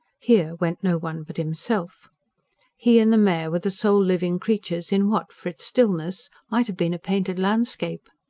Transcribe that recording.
here went no one but himself he and the mare were the sole living creatures in what, for its stillness, might have been a painted landscape.